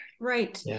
Right